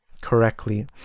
correctly